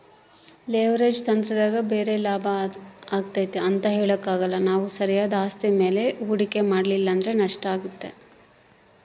leverage ತಂತ್ರದಾಗ ಬರೆ ಲಾಭ ಆತತೆ ಅಂತ ಹೇಳಕಾಕ್ಕಲ್ಲ ನಾವು ಸರಿಯಾದ ಆಸ್ತಿ ಮೇಲೆ ಹೂಡಿಕೆ ಮಾಡಲಿಲ್ಲಂದ್ರ ನಷ್ಟಾತತೆ